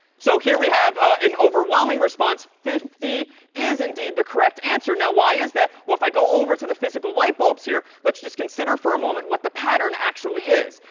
so here we have ah an overwhelming response. fifty is indeed the correct answer. now why is that? well, if i go over to the physical light bulbs here, let's just consider for a moment what the pattern actually is.